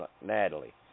Natalie